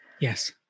Yes